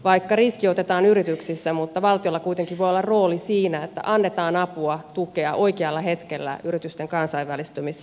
vaikka riski otetaan yrityksissä valtiolla kuitenkin voi olla rooli siinä että annetaan apua tukea oikealla hetkellä yritysten kansainvälistymisvaiheessa